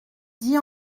dit